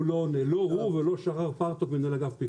הוא לא עונה ולא שחר פרטוק מנהל אגף פיקוח.